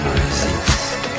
resist